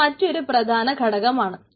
ഇത് മറ്റൊരു പ്രധാന ഘടകമാണ്